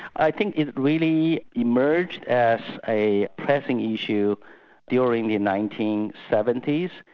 i think it really emerged as a pressing issue during the nineteen seventy s,